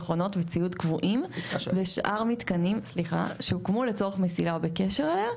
מכונות וציוד קבועים ושאר המתקנים שהוקמו לצורך מסילה או בקשר אליה.